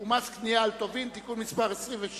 ומס קנייה על טובין (תיקון מס' 26),